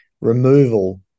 removal